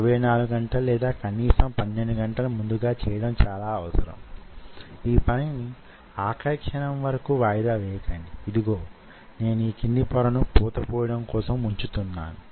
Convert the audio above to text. ఈనాడు ప్రపంచ వ్యాప్తంగా రకరకాల పద్ధతులు వాడుకలో వున్నాయి కానీ యీ రోజున మీతో వొక సాంకేతిక పరిజ్ఞానాన్ని పంచుకోవాలను కుంటున్నాను